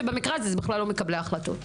שבמקרה הזה זה בכלל לא מקבלי ההחלטות.